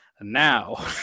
Now